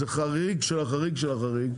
זה חריג של החריג,